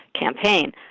campaign